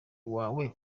wawe